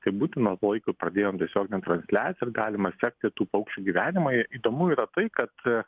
kaip būtina laikui pradėjom tiesioginę transliaciją ir galima sekti tų paukščių gyvenimą įdomu yra tai kad